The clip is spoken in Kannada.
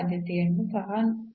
ಈ ಮತ್ತೆ x ಗೆ ಸಂಬಂಧಿಸಿದಂತೆ ಆಗುತ್ತದೆ